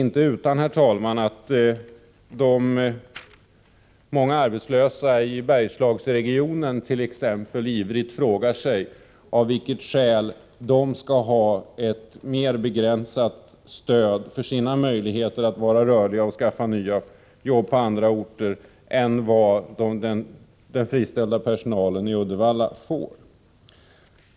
Nu frågar sig de många arbetslösa i Bergslagsregionen ivrigt av vilket skäl de skall ha ett mera begränsat stöd när det gäller möjligheterna att vara rörliga och skaffa sig nya jobb på andra orter än vad den friställda personalen i Uddevalla får.